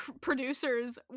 producers